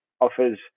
offers